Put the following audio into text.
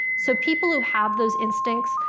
so people who have those instincts,